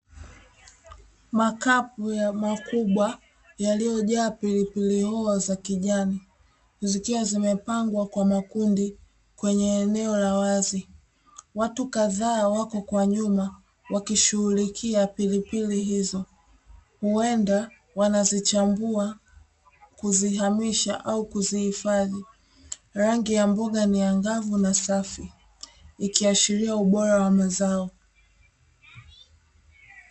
Makapu ya makubwa yaliyojaa pilipili hoho za kijani, zikiwa zimepangwa kwa makundi kwenye eneo la wazi, watu kadhaa wako kwa nyuma wakishughulikia pilipili hizo, huenda wanazichambua kuzihamisha au kuzihifadhi, rangi ya mboga ni ya angavu na safi ikiashiria ubora wa mazao.